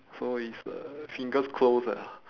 so his uh fingers close ah